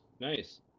nice